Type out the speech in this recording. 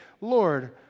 Lord